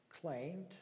claimed